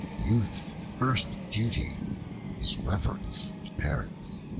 youth's first duty is reverence to parents.